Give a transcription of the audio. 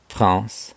France